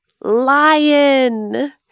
lion